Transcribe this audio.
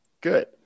good